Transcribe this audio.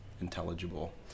intelligible